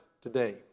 today